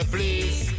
Please